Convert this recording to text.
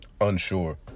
unsure